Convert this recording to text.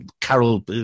carol